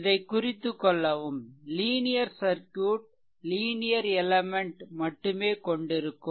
இதைக்குறித்து கொள்ளவும் linear circuit linear element மட்டுமே கொண்டிருக்கும்